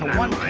one